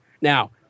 Now